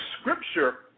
scripture